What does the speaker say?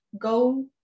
go